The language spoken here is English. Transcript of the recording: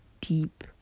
deep